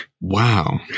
wow